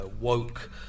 woke